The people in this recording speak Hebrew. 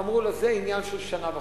אמרו לו: זה עניין של שנה וחצי.